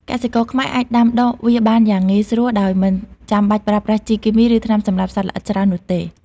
កសិករខ្មែរអាចដាំដុះវាបានយ៉ាងងាយស្រួលដោយមិនចាំបាច់ប្រើប្រាស់ជីគីមី ឬថ្នាំសម្លាប់សត្វល្អិតច្រើននោះទេ។